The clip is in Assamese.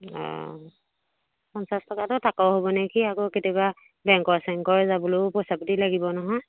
অ পঞ্চাছ টকাটে তাকৰ হ'ব নেকি আকৌ কেতিয়াবা বেংকৰ চেংকৰ যাবলৈও পইচা পাতি লাগিব নহয়